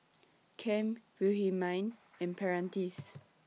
Cam Wilhelmine and Prentiss